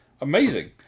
Amazing